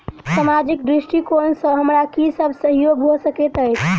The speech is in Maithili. सामाजिक दृष्टिकोण सँ हमरा की सब सहयोग भऽ सकैत अछि?